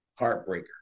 Heartbreaker